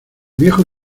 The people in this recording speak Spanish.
viejo